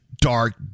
dark